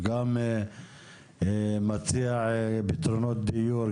הוא גם מציע פתרונות דיון,